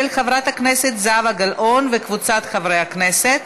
של חברת הכנסת זהבה גלאון וקבוצת חברי הכנסת.